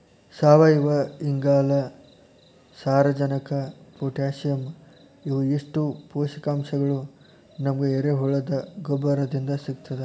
ಸಾವಯುವಇಂಗಾಲ, ಸಾರಜನಕ ಪೊಟ್ಯಾಸಿಯಂ ಇವು ಇಷ್ಟು ಪೋಷಕಾಂಶಗಳು ನಮಗ ಎರೆಹುಳದ ಗೊಬ್ಬರದಿಂದ ಸಿಗ್ತದ